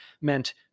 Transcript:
meant